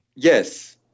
Yes